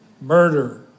murder